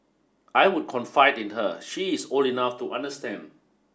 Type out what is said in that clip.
I would confide in her she is old enough to understand